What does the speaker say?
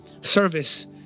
service